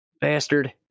bastard